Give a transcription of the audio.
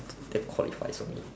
that qualifies for me